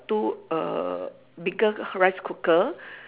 two err bigger rice cooker